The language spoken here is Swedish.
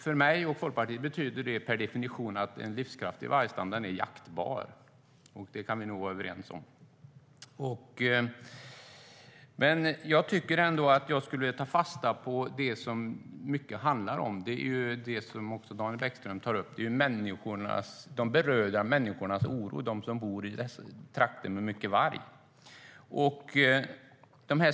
För mig och Folkpartiet betyder en livskraftig vargstam per definition att den är jaktbar. Det kan vi nog vara överens om. Jag skulle ändå vilja ta fasta på det som det mycket handlar om, det som också Daniel Bäckström tar upp: oron hos de berörda människorna, de som bor i trakter med mycket varg.